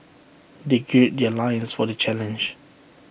they gird their loins for the challenge